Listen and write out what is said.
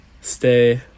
stay